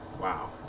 Wow